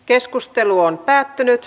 keskustelu päättyi